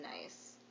nice